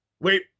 Wait